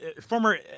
former